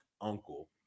uncle